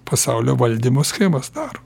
pasaulio valdymo schemas daro